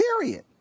period